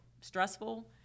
stressful